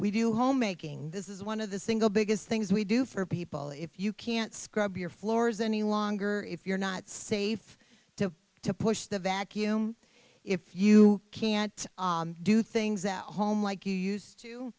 weave you homemaking this is one of the single biggest things we do for people if you can't scrub your floors any longer if you're not safe to to push the vacuum if you can't do things that home like you used